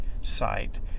site